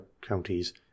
counties